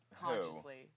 consciously